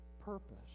purpose